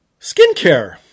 Skincare